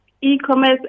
e-commerce